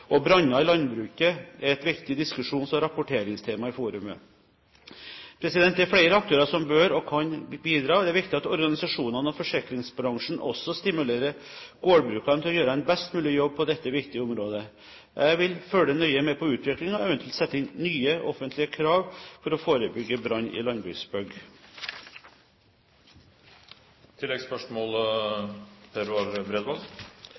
og Norske Landbrukstenester. Branner i landbruket er et viktig diskusjons- og rapporteringstema i forumet. Det er flere aktører som bør og kan bidra. Det er viktig at organisasjonene og forsikringsbransjen også stimulerer gårdbrukeren til å gjøre en best mulig jobb på dette viktige området. Jeg vil følge nøye med på utviklingen og eventuelt sette inn nye offentlige krav for å forebygge brann i